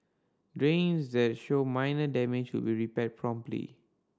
drains that show minor damage will repaired promptly